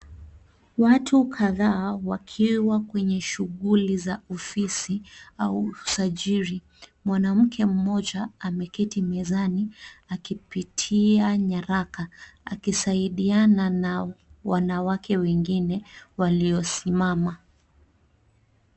Watu kadhaa wakiwa kwenye shughuli za ofisi, au usajili, mwanamke mmoja ameketi mezani akipitia nyaraka akisaidiana na wanawake wengine waliosimama.